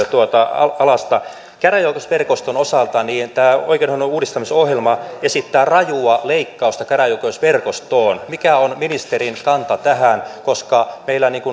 alasta käräjäoikeusverkoston osalta tämä oikeudenhoidon uudistamisohjelma esittää rajua leikkausta käräjäoikeusverkostoon mikä on ministerin kanta tähän koska meillä